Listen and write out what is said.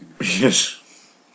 Yes